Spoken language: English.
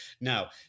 Now